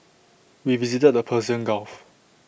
we visited the Persian gulf